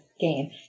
game